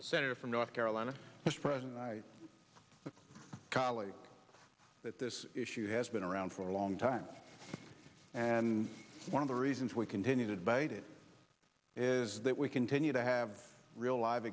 the senator from north carolina mr president i think cali that this issue has been around for a long time and one of the reasons we continue to debate it is that we continue to have real live